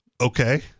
Okay